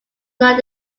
not